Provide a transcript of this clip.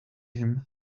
him